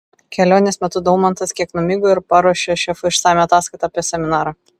kelionės metu daumantas kiek numigo ir paruošė šefui išsamią ataskaitą apie seminarą